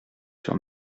sur